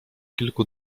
kilku